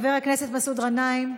חבר הכנסת מסעוד גנאים,